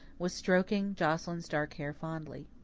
was stroking joscelyn's dark hair fondly.